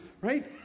right